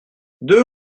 deux